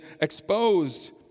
exposed